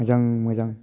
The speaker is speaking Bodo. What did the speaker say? मोजां मोजां